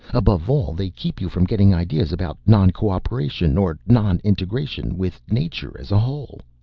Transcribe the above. above all, they keep you from getting ideas about non-cooperation or non-integration with nature as a whole.